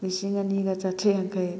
ꯂꯤꯁꯤꯡ ꯑꯅꯤꯒ ꯆꯥꯇ꯭ꯔꯦꯠ ꯌꯥꯡꯈꯩ